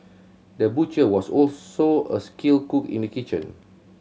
the butcher was also a skilled cook in the kitchen